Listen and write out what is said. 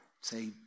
say